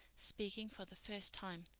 speaking for the first time.